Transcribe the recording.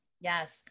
Yes